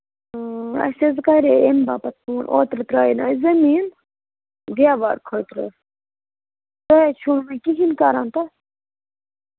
اَسہِ حظ کَرے اَمہِ باپَتھ فون اوترٕ ترٛاوے نا اَسہِ زمیٖن دیوار خٲطرٕ تۅہہِ ہَے چھُِنہٕ کِہیٖنٛۍ کَرن تہٕ